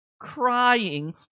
crying